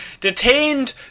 detained